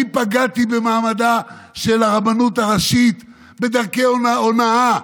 אני פגעתי במעמדה של הרבנות הראשית בדרכי הונאה?